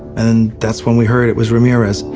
and that's when we heard it was ramirez.